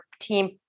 team